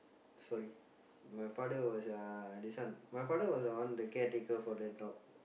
sorry my father was uh this one my father was the one the caretaker for the dog